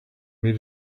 made